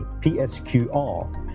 PSQR